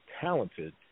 talented